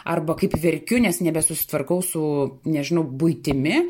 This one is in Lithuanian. arba kaip verkiu nes nebesusitvarkau su nežinau buitimi